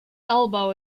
elbow